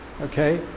okay